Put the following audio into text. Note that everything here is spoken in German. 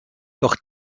doch